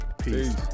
Peace